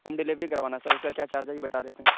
home delivery کروانا ہے sir اس کا کیا چارج آئے گا بتا دیتے